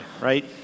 right